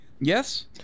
Yes